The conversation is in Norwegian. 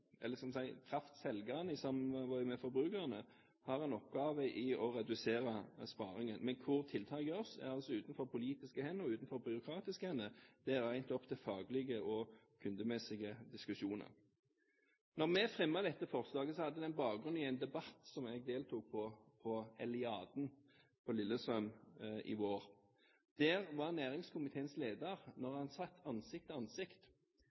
eller skal vi si kraftselgerne – i samarbeid med forbrukerne har en oppgave i å redusere energibruken. Men hvor tiltak gjøres, er altså utenfor politiske hender og utenfor byråkratiske hender, det er egentlig opp til faglige og kundemessige diskusjoner. Når vi fremmer dette forslaget, har det bakgrunn i en debatt som jeg deltok i på Eliaden på Lillestrøm i år. Der var næringskomiteens leder. Da han satt ansikt til ansikt